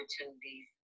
opportunities